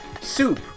soup